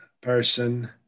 person